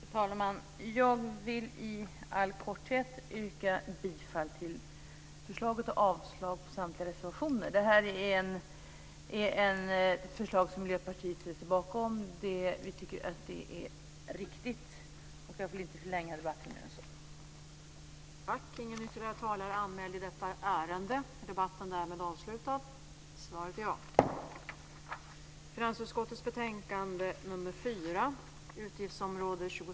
Fru talman! Jag vill i all korthet yrka bifall till förslaget och avslag på samtliga reservationer. Det här är ett förslag som Miljöpartiet ställer sig bakom. Vi tycker att det är riktigt, och jag vill inte förlänga debatten mer än så.